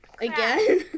Again